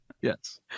Yes